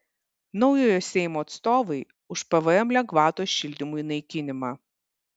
naujojo seimo atstovai už pvm lengvatos šildymui naikinimą